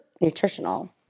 nutritional